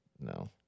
no